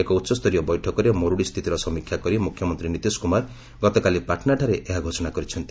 ଏକ ଉଚ୍ଚସ୍ତରୀୟ ବୈଠକରେ ମରୁଡ଼ି ସ୍ଥିତିର ସମୀକ୍ଷା କରି ମୁଖ୍ୟମନ୍ତ୍ରୀ ନୀତିଶ କୁମାର ଗତକାଲି ପାଟନାଠାରେ ଏହି ଘୋଷଣା କରିଛନ୍ତି